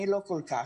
אני לא כל כך.